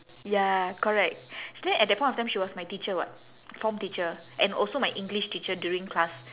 ya correct so then at that point of time she was my teacher [what] form teacher and also my english teacher during class